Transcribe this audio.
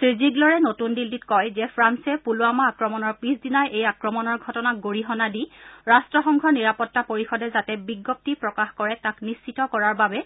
শ্ৰীজিগলৰে নতূন দিন্নীত কয় যে ফ্ৰান্সে পূলবামা আক্ৰমণৰ পিছদিনাই এই আক্ৰমণৰ ঘটনাক গৰিহণা দি ৰট্টসংঘৰ নিৰাপত্তা পৰিষদে যাতে বিজ্ঞপ্তি প্ৰকাশ কৰে তাক নিশ্চিত কৰাৰ বাবে